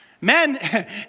Men